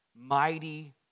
Mighty